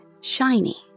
shiny